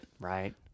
right